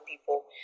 people